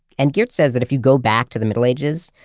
and geert says that, if you go back to the middle ages,